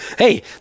Hey